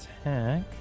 attack